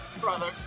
brother